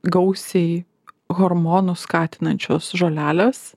gausiai hormonus skatinančios žolelės